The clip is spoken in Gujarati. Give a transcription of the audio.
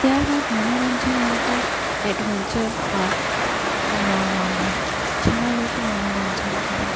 ત્યારબાદ મનોરંજન માટે એડવેન્ચર પાર્ક બનાવવામાં આવ્યા જેમાં લોકો મનોરંજન કરે